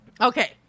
Okay